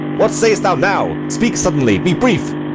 what say'st thou now? speak suddenly, be brief.